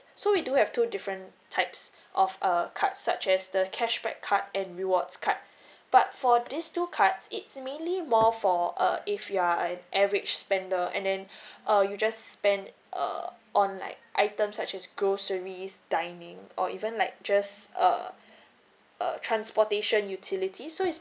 so we do have two different types of err card such as the cashback card and rewards card but for these two cards it's mainly more for err if you're an average spender and then uh you just spend err on like items such is groceries dining or even like just err err transportation utilities so it's